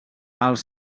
els